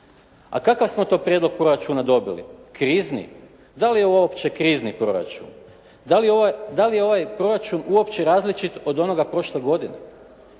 A kakav smo to prijedlog proračuna dobili? Krizni? Dali je ovo uopće krizni proračun? Dali je ovaj proračun uopće različit od onoga prošle godine?